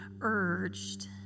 urged